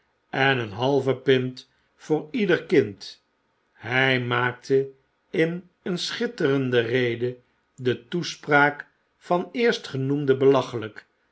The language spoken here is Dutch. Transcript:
en een halve pint voor ieder kind hij maakte in een schitterende rede de toespraa'k van eerstgenoemden belachelijk